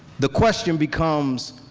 the question becomes,